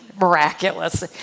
miraculous